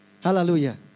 Hallelujah